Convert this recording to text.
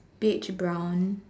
beige brown